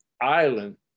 island